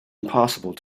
impossible